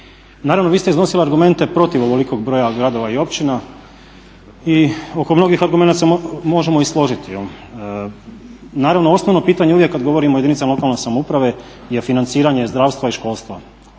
Naravno vi ste iznosili argumente protiv ovolikog broja gradova i općina i oko mnogih argumenata smo možemo i složiti. Naravno osnovno pitanje uvijek kada govorimo o jedinicama lokalne samouprave je financiranje zdravstva i školstva